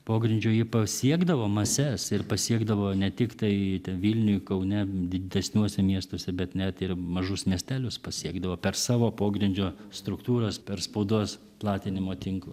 pogrindžio ji pasiekdavo mases ir pasiekdavo ne tiktai vilniuj kaune didesniuose miestuose bet net ir mažus miestelius pasiekdavo per savo pogrindžio struktūras per spaudos platinimo tinklą